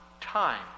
time